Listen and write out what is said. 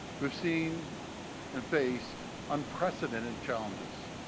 we have seen and faced unprecedented challenges.